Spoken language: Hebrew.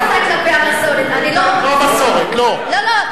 אני לא מתריסה כלפי המסורת, לא המסורת, לא, לא לא.